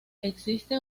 existe